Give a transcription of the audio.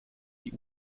die